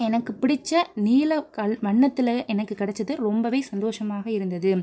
எனக்கு பிடிச்ச நீலம் கல் வண்ணத்துலேயே எனக்கு கிடைச்சது ரொம்பவே சந்தோஷமாக இருந்தது